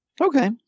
Okay